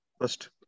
first